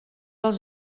els